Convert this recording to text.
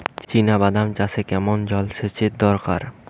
চিনাবাদাম চাষে কেমন জলসেচের দরকার?